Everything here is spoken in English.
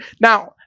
now